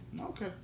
Okay